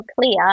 clear